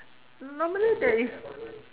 normally there is